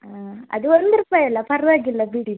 ಹಾಂ ಅದು ಒಂದು ರೂಪಾಯಿ ಅಲ್ಲ ಪರವಾಗಿಲ್ಲ ಬಿಡಿ